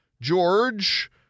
George